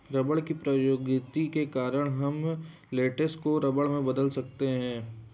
rubber प्रौद्योगिकी के कारण हम लेटेक्स को रबर के सामान में बदल सकते हैं